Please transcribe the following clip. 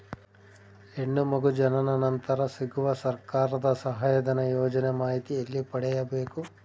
ಹೆಣ್ಣು ಮಗು ಜನನ ನಂತರ ಸಿಗುವ ಸರ್ಕಾರದ ಸಹಾಯಧನ ಯೋಜನೆ ಮಾಹಿತಿ ಎಲ್ಲಿ ಪಡೆಯಬೇಕು?